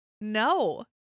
No